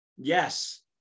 yes